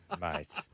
Mate